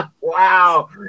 Wow